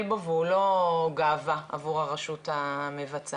בו והוא לא גאווה עבור הרשות המבצעת.